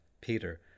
Peter